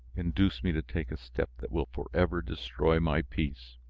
induce me to take a step that will forever destroy my peace?